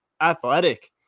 athletic